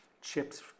chips